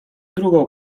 drugą